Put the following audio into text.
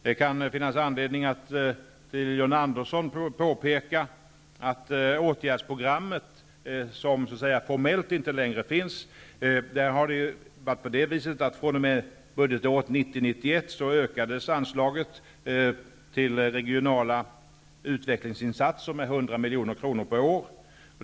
Det kan finnas anledning att för John Andersson påpeka att anslaget till regionala utvecklingsinsatser i åtgärdsprogrammet, som så att säga formellt inte längre finns, fr.o.m. budgetåret 1990/91 ökade med 100 milj.kr. per år.